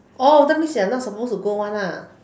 oh that means you're not supposed to go one ah